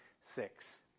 six